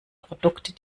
produkte